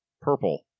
purple